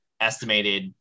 estimated